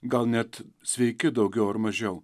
gal net sveiki daugiau ar mažiau